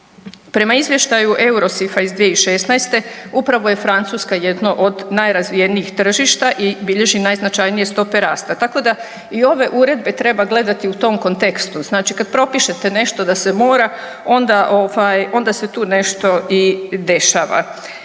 Prema izvještaju Eurosifa iz 2016. upravo je Francuska jedno od najrazvijenijih tržišta i bilježi najznačajnije stope rasta tako da i ove uredbe treba gledati u tom kontekstu. Znači kad propišete nešto da se mora onda ovaj, onda se tu nešto i dešava.